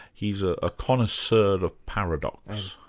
he's a ah connoisseur of paradox.